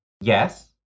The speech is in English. Yes